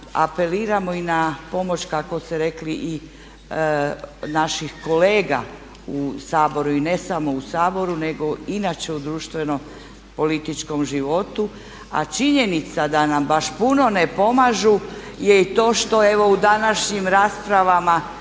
apeliramo i na pomoć kako ste rekli i naših kolega u Saboru i ne samo u Saboru nego inače u društvenom političkom životu a činjenica da nam baš puno ne pomažu je i to što evo u današnjim raspravama